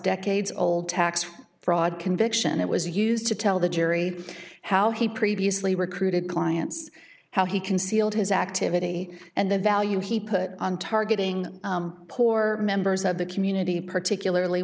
decades old tax fraud conviction it was used to tell the jury how he previously recruited clients how he concealed his activity and the value he put on targeting poor members of the community particularly